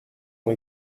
ont